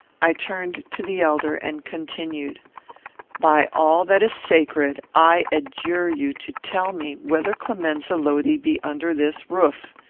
i turned to the elder, and continued by all that is sacred, i adjure you to tell me whether clemenza lodi be under this roof!